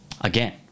Again